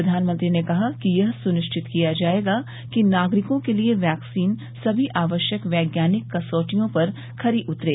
प्रधानमंत्री ने कहा कि यह सुनिश्चित किया जाएगा कि नागरिकों के लिए वैक्सीन सभी आवश्यक वैज्ञानिक कसौटियों पर खरी उतरे